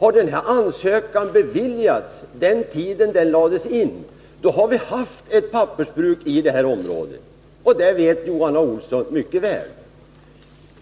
Hade denna ansökan beviljats vid den tid den lades in, hade vi haft ett pappersbruk i detta område — och det vet Johan A. Olsson mycket väl.